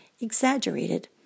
exaggerated